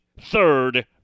third